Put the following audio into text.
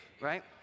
right